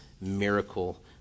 miracle